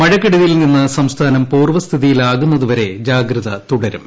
മഴക്കെടുതിയിൽനിന്ന് സംസ്ഥാനം പൂർവസ്ഥിതിയിലാകുന്നതൂവരെ ജാഗ്രത തുടരും